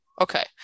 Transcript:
okay